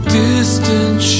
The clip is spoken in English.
distant